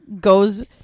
goes